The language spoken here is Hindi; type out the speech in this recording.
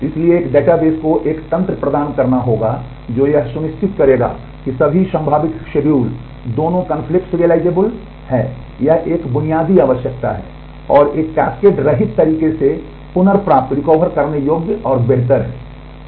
इसलिए एक डेटाबेस को एक तंत्र प्रदान करना होगा जो यह सुनिश्चित करेगा कि सभी संभावित शेड्यूल दोनों कन्फ्लिक्ट सिरिअलाइज़ेबल हैं यह एक बुनियादी आवश्यकता है और एक कास्केड रहित तरीके से पुनर्प्राप्त करने योग्य और बेहतर है